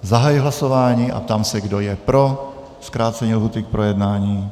Zahajuji hlasování a ptám se, kdo je pro zkrácení lhůty k projednání.